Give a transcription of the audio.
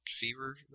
Fever